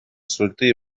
سلطه